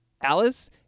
Alice